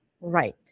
Right